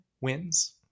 wins